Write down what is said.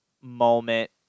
moment